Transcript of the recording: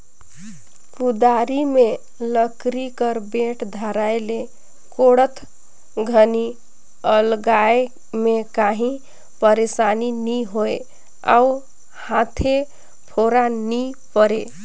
कुदारी मे लकरी कर बेठ धराए ले कोड़त घनी अलगाए मे काही पइरसानी नी होए अउ हाथे फोरा नी परे